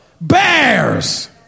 bears